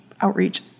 outreach